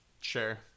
Sure